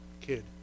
kid